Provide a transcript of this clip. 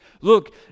Look